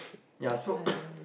ya so